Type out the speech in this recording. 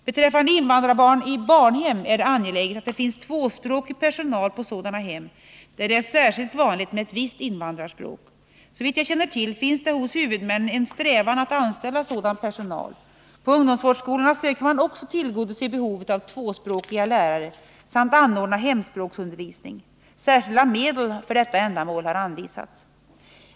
Beträffande invandrarbarn i barnhem är det angeläget att det finns tvåspråkig personal på sådana hem där det är särskilt vanligt med ett visst invandrarspråk. Såvitt jag känner till finns det hos huvudmännen en strävan att anställa sådan personal. På ungdomsvårdsskolorna söker man också tillgodose behovet av tvåspråkiga lärare samt anordna hemspråksundervis ning. Särskilda medel för detta ändamål har anvisats.